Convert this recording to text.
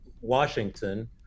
Washington